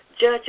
judge